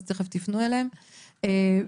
יש